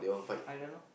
I don't know